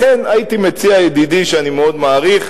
לכן הייתי מציע, ידידי שאני מאוד מעריך,